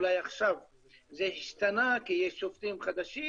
אולי עכשיו זה השתנה כי יש שופטים חדשים,